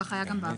כך היה גם בעבר.